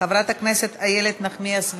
חברת הכנסת איילת נחמיאס ורבין,